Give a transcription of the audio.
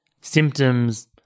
symptoms